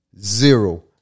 zero